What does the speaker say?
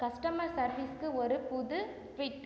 customer சர்வீஸுக்கு ஒரு புது ட்வீட்